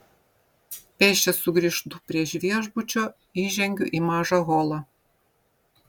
pėsčias sugrįžtu prie viešbučio įžengiu į mažą holą